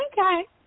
Okay